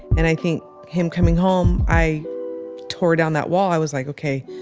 and i think him coming home, i tore down that wall. i was like okay,